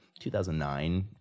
2009